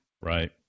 Right